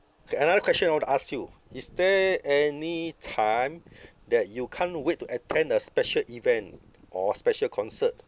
K another question I want to ask you is there any time that you can't wait to attend a special event or special concert